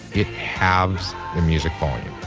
it halves the music volume.